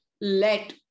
let